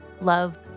love